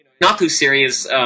not-too-serious